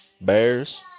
Bears